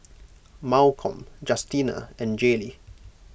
Malcom Justina and Jaylee